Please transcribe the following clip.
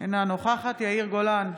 אינה נוכחת יאיר גולן,